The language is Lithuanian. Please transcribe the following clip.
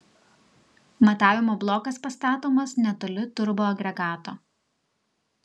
matavimo blokas pastatomas netoli turboagregato